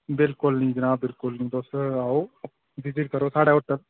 बिल्कुल जी जनाब बिल्कुल तुस आओ विजिट करो साढ़ै होटल